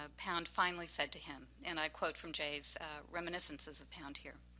ah pound finally said to him, and i quote from jay's reminiscences of pound here.